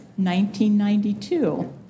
1992